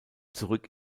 zurück